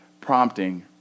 prompting